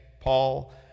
Paul